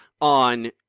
on